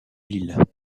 lille